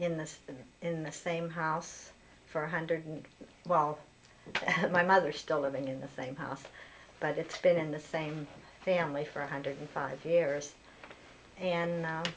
in this in the same house for a hundred and well my mother still living in the same house but it's been in the same family for one hundred five years and